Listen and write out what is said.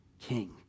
king